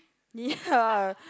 ya